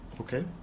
Okay